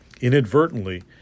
inadvertently